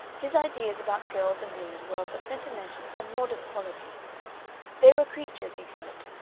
his ideas about girls and women were of a sentimental and modest quality they were creatures, he thought,